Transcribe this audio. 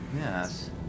Yes